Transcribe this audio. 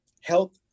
health